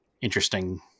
interesting